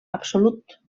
absolut